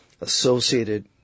associated